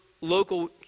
local